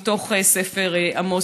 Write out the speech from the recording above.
מתוך ספר עמוס,